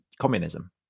communism